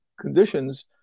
conditions